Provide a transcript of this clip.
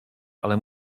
ale